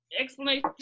explanation